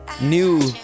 new